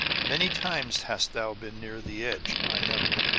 many times hast thou been near the edge, i know.